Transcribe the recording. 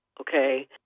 Okay